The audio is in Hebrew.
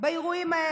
באירועים האלה.